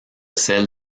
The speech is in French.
celle